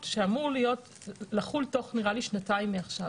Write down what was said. והוא אמור לחול תוך שנתיים מעכשיו.